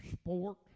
sport